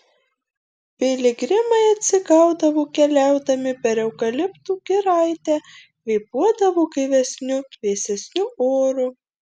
piligrimai atsigaudavo keliaudami per eukaliptų giraitę kvėpuodavo gaivesniu vėsesniu oru